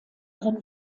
ihren